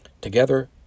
Together